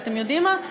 ואתם יודעים מה,